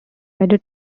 added